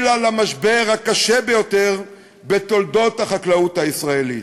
למשבר הקשה ביותר בתולדות החקלאות הישראלית.